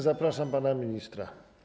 Zapraszam pana ministra.